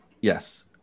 Yes